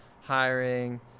hiring